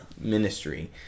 ministry